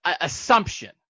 assumption